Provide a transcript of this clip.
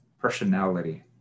personality